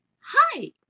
hi